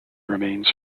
remains